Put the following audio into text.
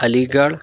علی گڑھ